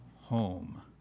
home